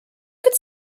could